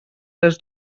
les